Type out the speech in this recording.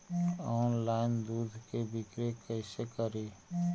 Online दुध के बिक्री कैसे करि?